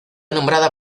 nombrado